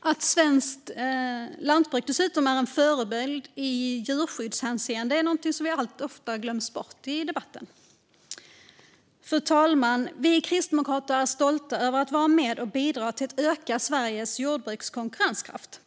Att svenskt lantbruk dessutom är en förebild i djurskyddshänseende är någonting som allt som oftast glöms bort i debatten. Fru talman! Vi kristdemokrater är stolta över att vara med och bidra till att öka svenskt jordbruks konkurrenskraft.